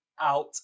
out